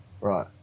Right